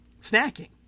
Snacking